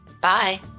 Bye